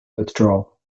withdrawal